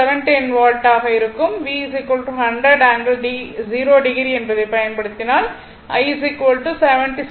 V 100 ∠0o என்பதை பயன்படுத்தினால் I 77